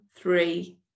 three